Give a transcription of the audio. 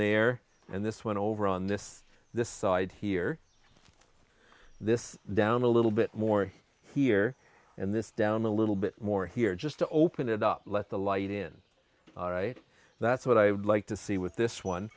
there and this one over on this this side here this down a little bit more here and this down a little bit more here just to open it up let the light in all right that's what i would like to see with this